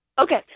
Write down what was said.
Okay